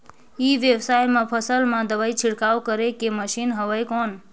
ई व्यवसाय म फसल मा दवाई छिड़काव करे के मशीन हवय कौन?